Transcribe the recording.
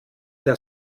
der